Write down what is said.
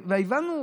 והבנו.